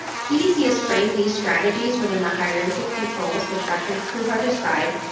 cdc has framed these strategies within the hierarchy or controls, which dr. kuhar described,